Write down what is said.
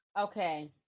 Okay